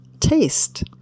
taste